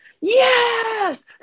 Yes